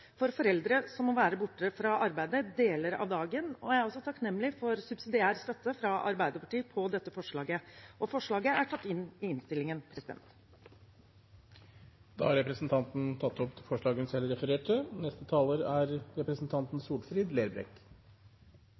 for foreldre som må være borte fra arbeidet deler av dagen. Jeg er også takknemlig for subsidiær støtte fra Arbeiderpartiet til dette forslaget. Forslaget er tatt inn i innstillingen. Representanten Heidi Nordby Lunde har tatt opp det forslaget hun refererte til. På grunn av smitteverntiltak har no mange barnehagar og